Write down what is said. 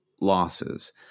losses